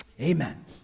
Amen